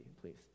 please